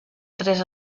tres